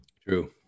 True